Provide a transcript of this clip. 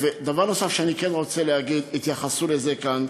דבר נוסף שאני כן רוצה להגיד, התייחסו לזה כאן,